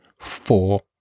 Four